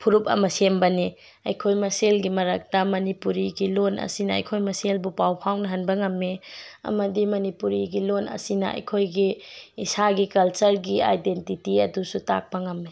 ꯐꯨꯔꯨꯞ ꯑꯃ ꯁꯦꯝꯕꯅꯤ ꯑꯩꯈꯣꯏ ꯃꯁꯦꯜꯒꯤ ꯃꯔꯛꯇ ꯃꯅꯤꯄꯨꯔꯤꯒꯤ ꯂꯣꯟ ꯑꯁꯤꯅ ꯑꯩꯈꯣꯏ ꯃꯁꯦꯟꯕꯨ ꯄꯥꯎ ꯐꯥꯎꯅꯍꯟꯕ ꯉꯝꯃꯤ ꯑꯃꯗꯤ ꯃꯅꯤꯄꯨꯔꯤꯒꯤ ꯂꯣꯟ ꯑꯁꯤꯅ ꯑꯩꯈꯣꯏꯒꯤ ꯏꯁꯥꯒꯤ ꯀꯜꯆꯔꯒꯤ ꯑꯥꯏꯗꯦꯟꯗꯤꯇꯤ ꯑꯗꯨꯁꯨ ꯇꯥꯛꯄ ꯉꯝꯃꯤ